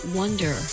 wonder